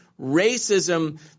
racism